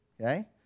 okay